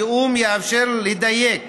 התיאום יאפשר לדייק